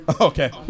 Okay